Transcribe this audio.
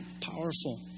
powerful